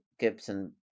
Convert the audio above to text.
Gibson